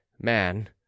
man